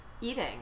eating